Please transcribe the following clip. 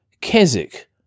Keswick